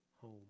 home